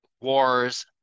wars